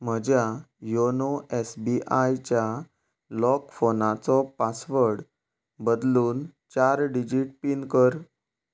म्हज्या YONO S B I च्या lock फोनाचो पासवर्ड बदलून चार डिजिट पीन कर